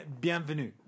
Bienvenue